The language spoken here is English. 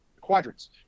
quadrants